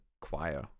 choir